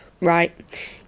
right